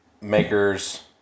Maker's